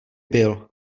byl